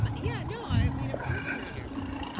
um yeah. no, i mean, of course we were nervous.